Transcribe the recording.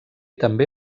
també